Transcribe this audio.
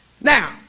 Now